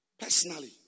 Personally